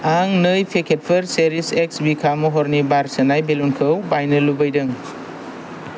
आं नै पेकेटफोर चेरिस एक्स भिका महरनि बार सोनाय बेलुनखौ बायनो लुबैदों